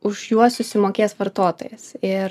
už juos susimokės vartotojas ir